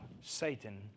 Satan